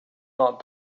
not